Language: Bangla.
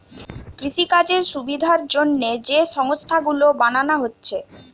কৃষিকাজের সুবিধার জন্যে যে সংস্থা গুলো বানানা হচ্ছে